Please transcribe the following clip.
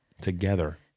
together